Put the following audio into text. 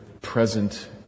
present